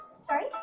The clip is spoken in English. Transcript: Sorry